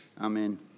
Amen